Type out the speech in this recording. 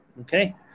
okay